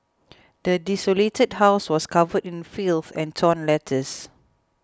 the desolated house was covered in filth and torn letters